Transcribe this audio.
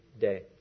day